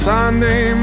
Sunday